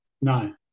No